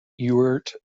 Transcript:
ewart